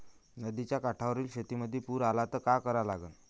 नदीच्या काठावरील शेतीमंदी पूर आला त का करा लागन?